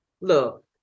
Look